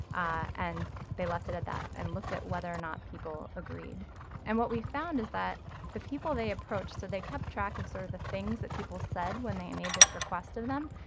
ah and they left it at that and looked at whether or not people agreed and what we found is that the people they approached so they kept track of sort of the things that people said when they made this request of them,